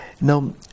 Now